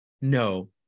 no